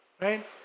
right